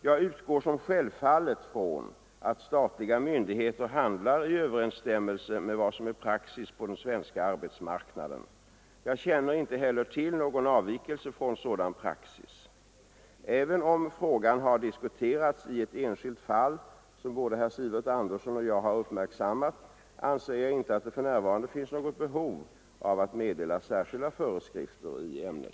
Jag utgår som självfallet från att statliga myndigheter handlar i överensstämmelse med vad som är praxis på den svenska arbetsmarknaden. Jag känner inte heller till någon avvikelse från sådan praxis. Även om frågan har diskuterats i ett enskilt fall, som både herr Sivert Andersson och jag har uppmärksammat, anser jag inte att det för närvarande finns något behov av att meddela särskilda föreskrifter i ämnet.